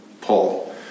Paul